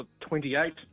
28